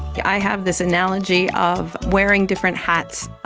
i have this analogy of wearing different hats.